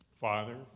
Father